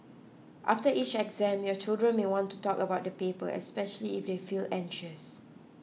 after each exam your children may want to talk about the paper especially if they feel anxious